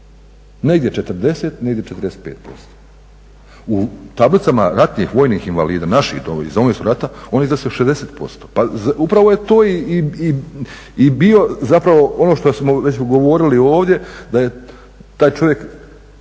Negdje 40, negdje 45%. U tablicama ratnih vojnih invalida, naših, iz Domovinskog rata oni iznose 60%. Pa upravo je to i bio zapravo ono što smo već govorili ovdje da je taj čovjek